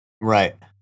Right